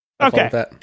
okay